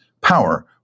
power